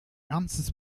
ernstes